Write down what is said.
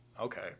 Okay